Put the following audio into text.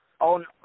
on